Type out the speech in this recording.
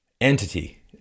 entity